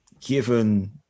given